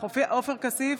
נוכח עופר כסיף,